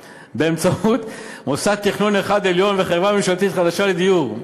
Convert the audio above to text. באמצעות מוסד תכנון אחד עליון וחברה ממשלתית חדשה לדיור.